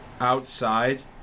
outside